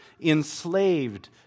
enslaved